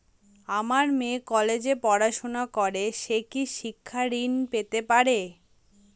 আমার মেয়ে কলেজে পড়াশোনা করে সে কি শিক্ষা ঋণ পেতে পারে?